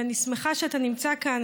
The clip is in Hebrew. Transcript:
ואני שמחה שאתה נמצא כאן,